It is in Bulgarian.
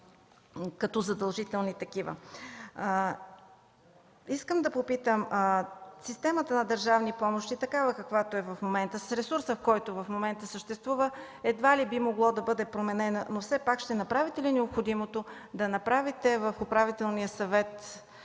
като задължителни такива. Искам да попитам – системата за държавни помощи, такава каквато е в момента, с ресурса, който в момента съществува, едва ли би могло да бъде променена, но все пак ще направите ли необходимото в Управителния съвет